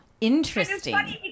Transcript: interesting